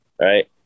right